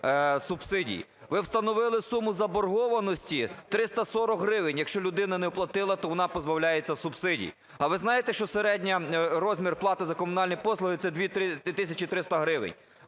Ви встановили суму заборгованості 340 гривень. Якщо людина не оплатила, то вона позбавляється субсидії. А ви знаєте, що середній розмір плати за комунальні послуги – це 2 тисячі 300 гривень?